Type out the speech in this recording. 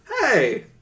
Hey